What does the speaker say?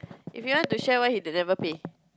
if he wants to share why he never pay